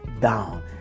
down